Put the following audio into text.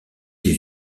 des